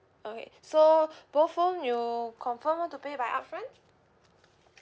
okay so both phone you confirm want to pay by upfront